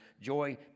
joy